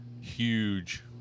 huge